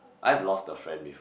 I have lost the friend before